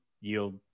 yield